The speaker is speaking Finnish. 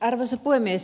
arvoisa puhemies